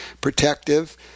protective